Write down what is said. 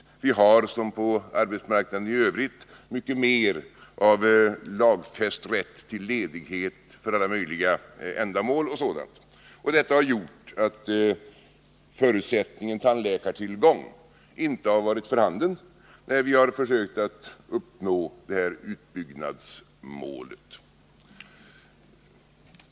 Och vi har inom folktandvården som på arbetsmarknaden i övrigt mycket mer av lagfäst rätt till ledighet för alla möjliga ändamål. Detta har gjort att förutsättningen tandläkartillgång inte har varit för handen när vi försökt uppnå utbyggnadsmålet.